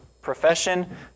profession